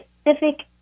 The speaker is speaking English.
specific